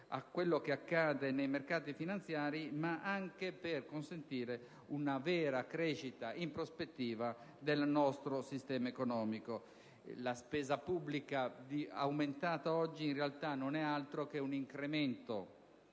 La spesa pubblica aumentata oggi in realtà non è altro che un incremento